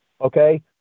okay